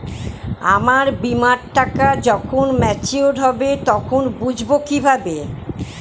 আমার বীমার টাকা যখন মেচিওড হবে তখন বুঝবো কিভাবে?